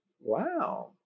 Wow